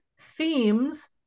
themes